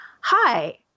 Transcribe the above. Hi